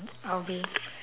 I'll be